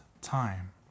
time